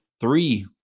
three